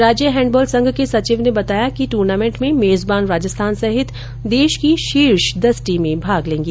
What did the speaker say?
राज्य हैंडबॉल संघ के सचिव ने बताया कि इस टूर्नामेंट में मेजबान राजस्थान सहित देश की शीर्ष दस टीमें भाग लेंगी